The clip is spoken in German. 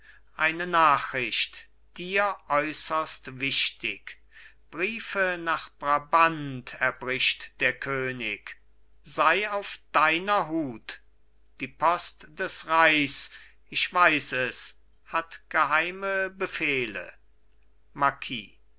eine nachricht dir äußerst wichtig briefe nach brabant erbricht der könig sei auf deiner hut die post des reichs ich weiß es hat geheime befehle